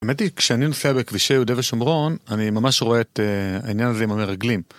האמת היא כשאני נוסע בכבישי יהודה ושומרון, אני ממש רואה את העניין הזה עם המרגלים.